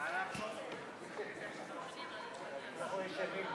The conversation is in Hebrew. ההסתייגות (5) של קבוצת סיעת יש